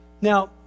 Now